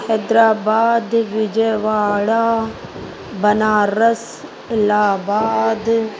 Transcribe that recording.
Hyderabad Vijayawada Banaras Allahabad